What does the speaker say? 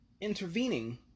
intervening